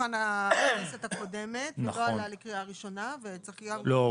שולחן הכנסת הקודמת ולא עלה לקריאה ראשונה וצריך --- לא,